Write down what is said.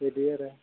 बिदि आरो